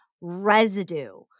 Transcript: residue